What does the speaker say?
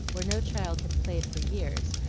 where no child had played for years,